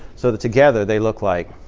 so that together, they look like